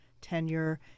tenure